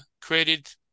created